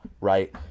right